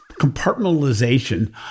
compartmentalization